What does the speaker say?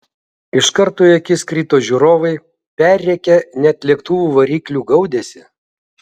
iš karto į akis krito žiūrovai perrėkę net lėktuvų variklių gaudesį